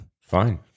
Fine